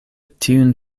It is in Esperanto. tiun